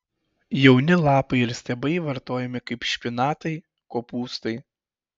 jauni lapai ir stiebai vartojami kaip špinatai kopūstai